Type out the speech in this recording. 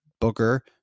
Booker